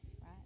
right